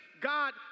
God